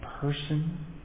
person